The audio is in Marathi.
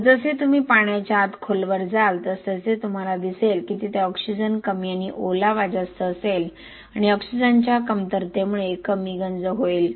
जसजसे तुम्ही पाण्याच्या आत खोलवर जाल तसतसे तुम्हाला दिसेल की तेथे ऑक्सिजन कमी आणि ओलावा जास्त असेल आणि ऑक्सिजनच्या कमतरतेमुळे कमी गंज होईल